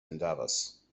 pandavas